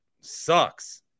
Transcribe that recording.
sucks